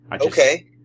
Okay